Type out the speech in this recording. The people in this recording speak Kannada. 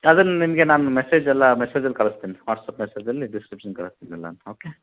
ಅದನ್ನ ನಿಮಗೆ ನಾನು ಮೆಸೇಜಲ್ಲಾ ಮೆಸೇಜಲ್ಲಿ ಕಳಸ್ತೀನಿ ವಾಟ್ಸ್ಅಪ್ ಮೆಸೇಜಲ್ಲಿ ಡಿಸ್ಕ್ರಿಪ್ಷನ್ ಕಳ್ಸ್ತೀನಿ ಎಲ್ಲಾನು ಓಕೆ